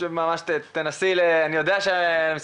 ממצאי שאלוני השיתוף אנחנו מוציאים מעת לעת,